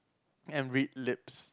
and read lips